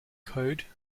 code